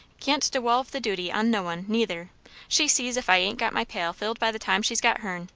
can't dewolve the duty on no one, neither she sees if i ain't got my pail filled by the time she's got her'n,